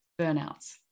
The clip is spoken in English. burnouts